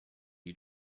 you